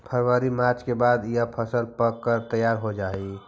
फरवरी मार्च के बाद यह फसल पक कर तैयार हो जा हई